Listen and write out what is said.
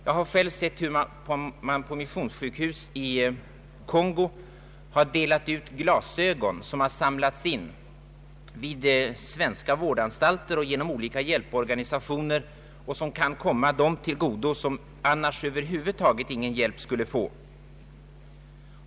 Jag har sett hur man på missionssjukhus i Kongo delat ut glasögon som samlats in vid svenska vårdanstalter genom olika hjälporganisationer och som kan komma dem till godo som annars över huvud taget inte skulle få någon hjälp.